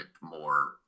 more